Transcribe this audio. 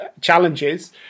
challenges